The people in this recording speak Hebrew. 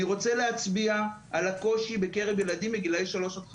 אני רוצה להצביע על הקושי בקרב ילדים בגילאי שלוש עד חמש.